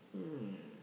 hmm